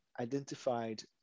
identified